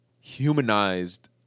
humanized